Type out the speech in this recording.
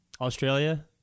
Australia